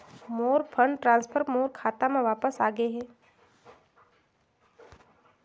मोर fund transfer मोर खाता म वापस आ गे हे